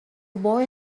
boy